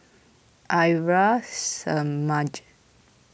Arya Samaj